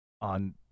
on